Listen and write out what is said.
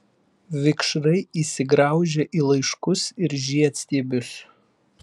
vikšrai įsigraužia į laiškus ir žiedstiebius